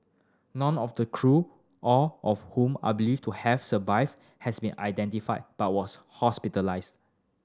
none of the crew all of whom are believed to have survived has been identified but was hospitalised